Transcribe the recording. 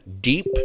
deep